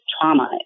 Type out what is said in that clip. trauma